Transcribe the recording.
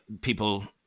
people